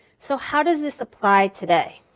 so how does this apply today?